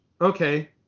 okay